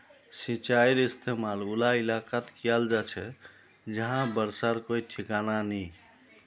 सिंचाईर इस्तेमाल उला इलाकात कियाल जा छे जहां बर्षार कोई ठिकाना नी